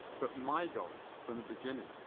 but my goal from the beginning,